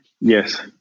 Yes